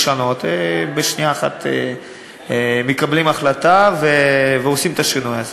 בשנייה אחת מקבלים החלטה ועושים את השינוי הזה.